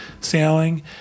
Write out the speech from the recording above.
sailing